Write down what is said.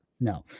No